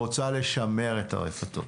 רוצה לשמר את הרשתות.